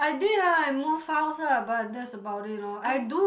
I did lah I have no files ah but that's about it lor I do